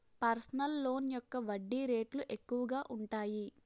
personal loan యొక్క వడ్డీ రేట్లు ఎక్కువగా ఉంటాయి